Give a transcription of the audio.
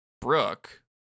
Brooke